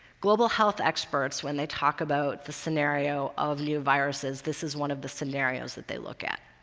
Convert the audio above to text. global health experts, when they talk about the scenario of new viruses, this is one of the scenarios that they look at.